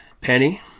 Penny